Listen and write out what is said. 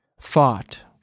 thought